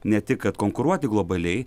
ne tik kad konkuruoti globaliai